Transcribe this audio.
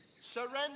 Surrender